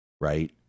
right